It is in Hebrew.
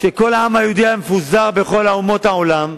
שכל העם היהודי היה מפוזר בכל אומות העולם,